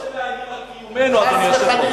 אין שאלה.